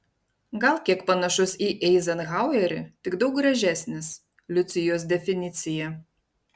gal kiek panašus į eizenhauerį tik daug gražesnis liucijos definicija